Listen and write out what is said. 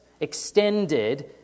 extended